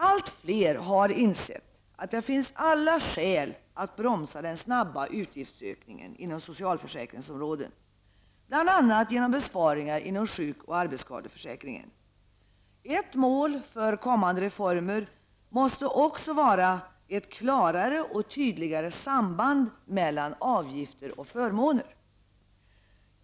Allt fler har insett att det finns alla skäl att bromsa den snabba utgiftsökningen inom socialförsäkringsområdet, bl.a. genom besparingar inom sjuk och arbetsskadeförsäkringen. Ett mål för kommande reformer måste också vara ett klarare och tydligare samband mellan avgifter och förmåner.